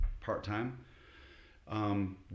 part-time